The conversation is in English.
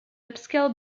upscale